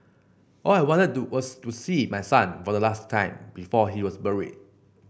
all I wanted was to see my son for the last time before he was buried